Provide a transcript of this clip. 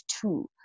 two